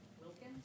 Wilkins